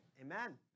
amen